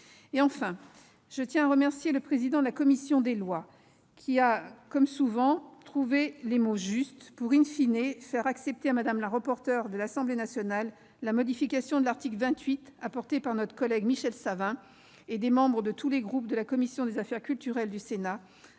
Enfin, je tiens à remercier le président de la commission des lois, qui a, comme souvent, trouvé les mots justes pour faire accepter à Mme la rapporteure de l'Assemblée nationale la modification de l'article 28 apportée par notre collègue Michel Savin et des membres de tous les groupes de la commission des affaires culturelles du Sénat,